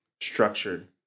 structured